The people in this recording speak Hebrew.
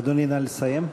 אדוני, נא לסיים.